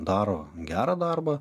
daro gerą darbą